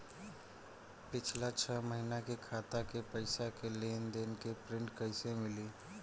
पिछला छह महीना के खाता के पइसा के लेन देन के प्रींट कइसे मिली?